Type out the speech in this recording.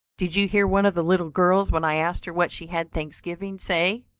did you hear one of the little girls when i asked her what she had thanksgiving say,